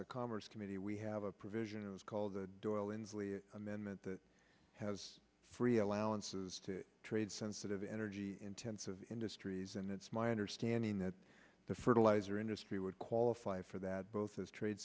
the commerce committee we have a provision that was called the amendment that has free allowances to trade sensitive energy intensive industries and it's my understanding that the fertilizer industry would qualify for that both as trade